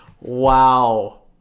Wow